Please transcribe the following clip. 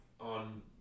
on